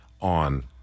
on